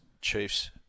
Chief's